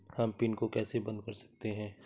हम पिन को कैसे बंद कर सकते हैं?